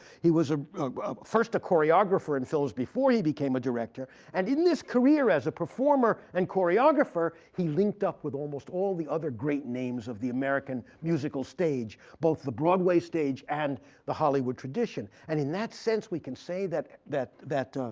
he was ah first a choreographer in films before he became a director. and in this career as a performer and choreographer, he linked up with almost all the other great names of the american musical stage both the broadway stage and the hollywood tradition. and in that sense, we can say that that